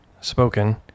spoken